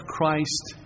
Christ